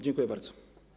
Dziękuję bardzo.